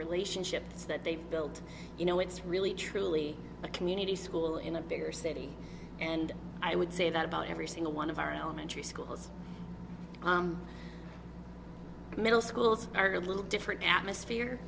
relationships that they've built you know it's really truly a community school in a bigger city and i would say that about every single one of our elementary schools middle schools are a little different atmosphere